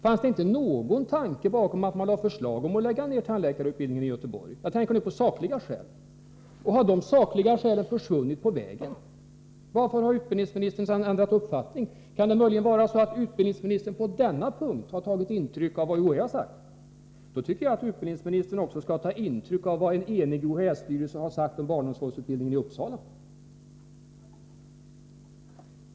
Fanns det inte någon tanke bakom förslaget att lägga ned tandläkarutbildningen i Göteborg? Jag tänker då på sakliga skäl. Har dessa nu försvunnit på vägen? Varför har utbildningsministern ändrat uppfattning? Har utbildningsministern möjligen på denna punkt tagit intryck av vad UHÄ har sagt? Då tycker jag att utbildningsministern också skall ta intryck av vad en enig UHÄ-styrelse har sagt om barnomsorgsutbildningen i Uppsala.